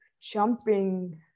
Jumping